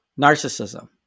narcissism